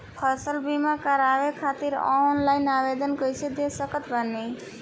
फसल बीमा करवाए खातिर ऑनलाइन आवेदन कइसे दे सकत बानी?